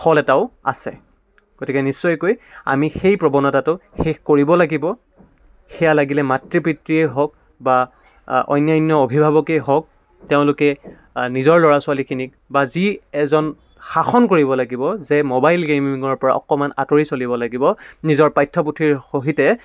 ফল এটাও আছে গতিকে নিশ্চয়কৈ আমি সেই প্ৰৱণতাটো শেষ কৰিব লাগিব সেয়া লাগিলে মাতৃ পিতৃয়েই হওক বা অন্যান্য অভিভাৱকেই হওক তেওঁলোকে নিজৰ ল'ৰা ছোৱালীখিনিক বা যি এজন শাসন কৰিব লাগিব যে মোবাইল গেইমিঙৰ পৰা অকণমান আঁতৰি চলিব লাগিব নিজৰ পাঠ্যপুথিৰ সহিতে